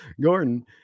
Gordon